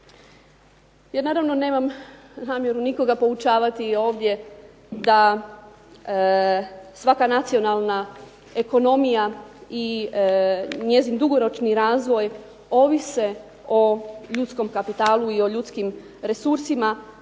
Ja naravno nemam namjeru nikoga poučavati ovdje da svaka nacionalna ekonomija i njezin dugoročni razvoj ovise o ljudskom kapitalu i o ljudskim resursima